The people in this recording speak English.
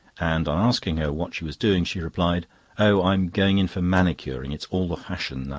and on asking her what she was doing, she replied oh, i'm going in for manicuring. it's all the fashion now.